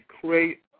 create